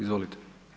Izvolite.